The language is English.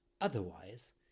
Otherwise